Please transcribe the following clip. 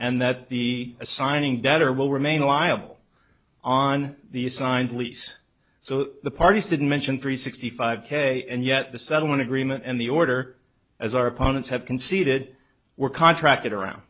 and that the assigning debtor will remain liable on the signed lease so the parties didn't mention three sixty five k and yet the settlement agreement and the order as our opponents have conceded were contracted around